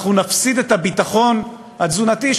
נפסיד את הביטחון התזונתי.